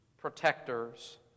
protectors